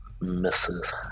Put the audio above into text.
Misses